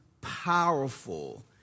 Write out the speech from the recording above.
powerful